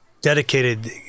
dedicated